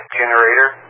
generator